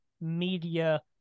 media